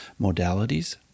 modalities